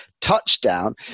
touchdown